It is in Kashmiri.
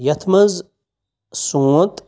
یَتھ منٛز سونٛتھ